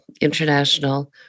international